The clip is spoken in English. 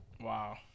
Wow